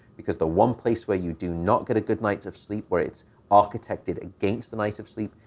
because the one place where you do not get a good night of sleep, where it's architected against the night of sleep,